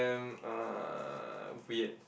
damn uh weird